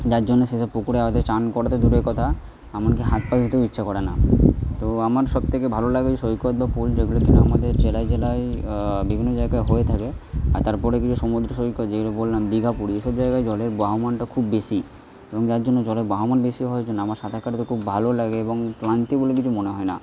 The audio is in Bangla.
যার জন্য সে সব পুকুরে হয়তো স্নান করা তো দূরের কথা এমনকি হাত পা ধুতেও ইচ্ছা করে না তো আমার সব থেকে ভালো লাগে সৈকত বা পুল যেগুলো কিনা আমাদের জেলায় জেলায় বিভিন্ন জায়গায় হয়ে থাকে আর তার পরে এ দিকে সমুদ্র সৈকত যেগুলো বললাম দিঘা পুরী এ সব জায়গায় জলের বহমানতা খুব বেশি এবং যার জন্য জলের বহমানতা বেশি হওয়ার জন্য আমার সাঁতার কাটতে খুব ভালো লাগে এবং ক্লান্তি বলে কিছু মনে হয় না